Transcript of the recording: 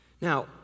Now